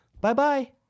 bye-bye